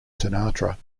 sinatra